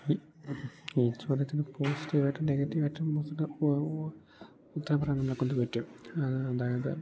ഈ ഈ ചോദ്യത്തിന് പോസിറ്റീവായിട്ടും നെഗറ്റീവായിട്ടും ഉത്തരം പറയാൻ നമ്മളെക്കൊണ്ട് പറ്റും അത് അതായത്